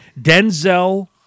Denzel